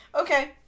Okay